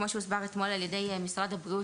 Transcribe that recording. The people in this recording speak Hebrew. כמו שהוסבר אתמול על ידי משרד הבריאות,